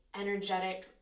energetic